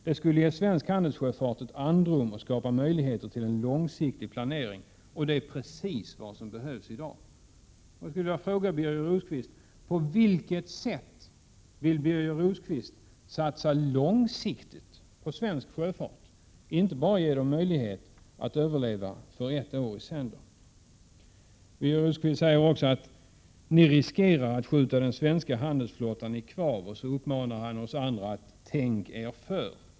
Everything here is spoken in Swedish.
Det skulle ge svensk handelssjöfart ett andrum och skapa möjligheter till en långsiktig planering, och det är precis vad som behövs i dag. Jag skulle vilja fråga Birger Rosqvist: På vilket sätt vill Birger Rosqvist satsa långsiktigt på svensk sjöfart, så att den inte bara får möjlighet att överleva för ett år i sänder? Birger Rosqvist säger också: Ni riskerar att skjuta den svenska handelsflottan i kvav. Så uppmanar han oss andra: Tänk er för!